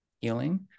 healing